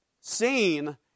seen